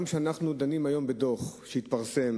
גם כשאנחנו דנים היום בדוח שהתפרסם